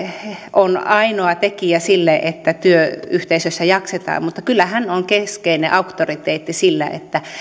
on ainoa tekijä siinä että työyhteisössä jaksetaan mutta kyllä hän on keskeinen auktoriteetti sillä että